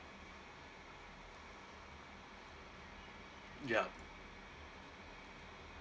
yup